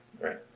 Right